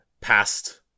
past